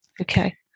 okay